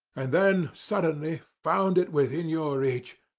and then suddenly found it within your reach,